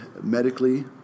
medically